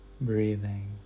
breathing